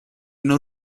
non